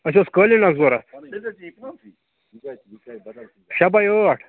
اَسہِ اوس قٲلیٖن اَکھ ضروٗرت شےٚ باے ٲٹھ